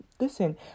listen